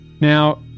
Now